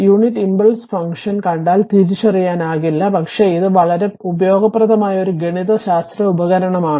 unit impulse function കണ്ടാൽ തിരിച്ചറിയാനാകില്ല പക്ഷേ ഇത് വളരെ ഉപയോഗപ്രദമായ ഒരു ഗണിതശാസ്ത്ര ഉപകരണമാണ്